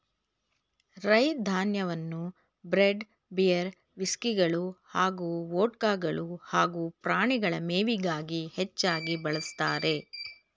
ರೈ ಧಾನ್ಯವನ್ನು bread beer ವಿಸ್ಕಿಗಳು ಹಾಗೂ ವೊಡ್ಕಗಳು ಹಾಗೂ ಪ್ರಾಣಿಗಳ ಮೇವಿಗಾಗಿ ಹೆಚ್ಚಾಗಿ ಬಳಸ್ತಾರೆ